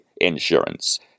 Insurance